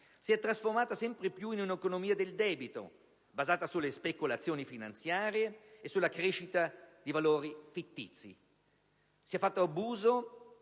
si è trasformata sempre più in un'economia del debito, basata sulle speculazioni finanziarie e sulla crescita di valori fittizi. Si è fatto abuso